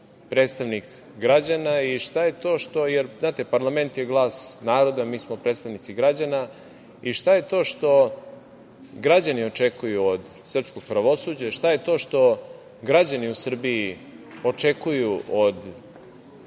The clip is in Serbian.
predstavnik građana, znate, parlament je glas naroda, a mi smo predstavnici građana i šta je to što građani očekuju od srpskog pravosuđa, šta je to što građani u Srbiji očekuju od